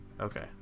Okay